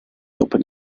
open